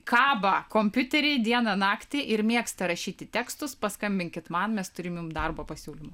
kaba kompiuteriai dieną naktį ir mėgsta rašyti tekstus paskambinkit man mes turim jum darbo pasiūlymą